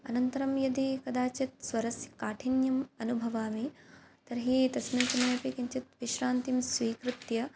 अनन्तरं यदि कदाचित् स्वरस्य काठिन्यं अनुभवामि तर्हि तस्मिन् समये अपि किञ्चित् विश्रान्तिं स्वीकृत्य